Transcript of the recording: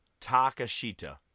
Takashita